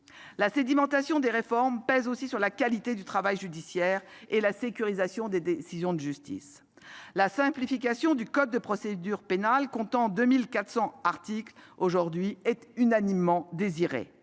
La sédimentation des réformes pèse aussi sur la qualité du travail judiciaire et sur la sécurisation des décisions de justice. La simplification du code de procédure pénale, qui compte 2 400 articles aujourd'hui, est unanimement souhaitée.